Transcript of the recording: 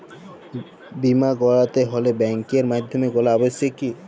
বিমা করাতে হলে ব্যাঙ্কের মাধ্যমে করা আবশ্যিক কি?